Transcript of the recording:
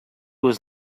was